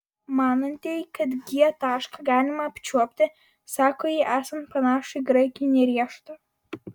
manantieji kad g tašką galima apčiuopti sako jį esant panašų į graikinį riešutą